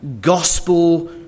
gospel